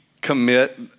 commit